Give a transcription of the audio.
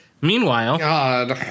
Meanwhile